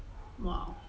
!wow!